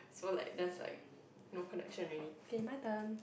so like there's like no connection already okay my turn